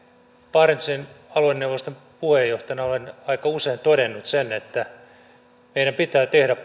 barentsin alueneuvoston puheenjohtajana olen aika usein todennut sen että meidän pitää tehdä